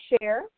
share